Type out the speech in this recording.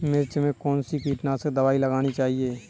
मिर्च में कौन सी कीटनाशक दबाई लगानी चाहिए?